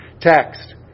text